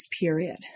period